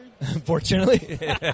Unfortunately